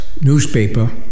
newspaper